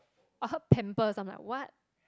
I heard pampers I'm like what